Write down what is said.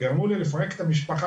גרמו לי לפרק את המשפחה,